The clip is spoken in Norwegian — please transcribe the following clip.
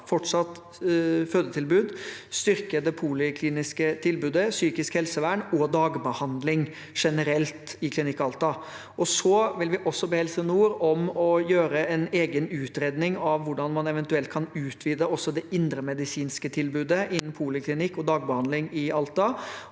fortsatt fødetilbud, til å styrke det polikliniske tilbudet, til psykisk helsevern og til dagbehandling generelt i Klinikk Alta. Vi vil også be Helse nord om å gjøre en egen utredning av hvordan man eventuelt kan utvide også det indremedisinske tilbudet innen poliklinikk og dagbehandling i Alta,